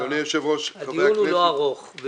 הדיון הוא לא ארוך,